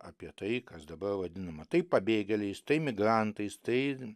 apie tai kas dabar vadinama tai pabėgėliais tai migrantais tai